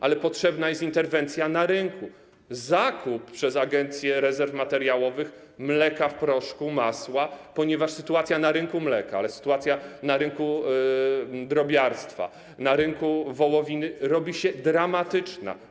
Ale potrzebna jest interwencja na rynku, zakup przez Agencję Rezerw Materiałowych mleka w proszku, masła, ponieważ sytuacja na rynku mleka, na rynku drobiarstwa, na rynku wołowiny robi się dramatyczna.